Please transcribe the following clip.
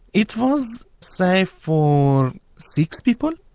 it was safe for six people.